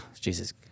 Jesus